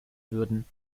würden